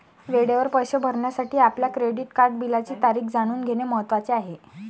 वेळेवर पैसे भरण्यासाठी आपल्या क्रेडिट कार्ड बिलाची तारीख जाणून घेणे महत्वाचे आहे